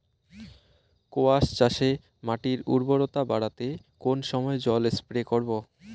কোয়াস চাষে মাটির উর্বরতা বাড়াতে কোন সময় জল স্প্রে করব?